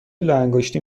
لاانگشتی